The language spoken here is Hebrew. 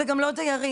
וגם לא דיירים.